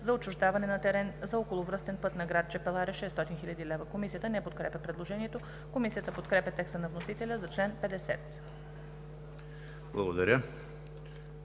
за отчуждаване на терен за околовръстен път на град Чепеларе – 600 хил. лв.“ Комисията не подкрепя предложението. Комисията подкрепя текста на вносителя за чл. 50.